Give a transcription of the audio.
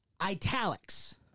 Italics